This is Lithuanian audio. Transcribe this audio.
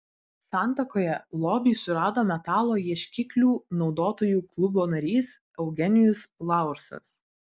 santakoje lobį surado metalo ieškiklių naudotojų klubo narys eugenijus laursas